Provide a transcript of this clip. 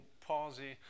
palsy